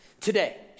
Today